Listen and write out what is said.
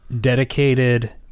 dedicated